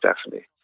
Stephanie